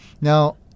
Now